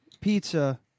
pizza